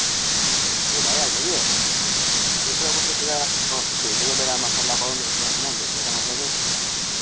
त्यो भइहाल्छ कि अनि यसो कतैतिर भेटेको बेलामा सल्लाह गरौँ न यसो होइन भेटेर मज्जाले